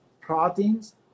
proteins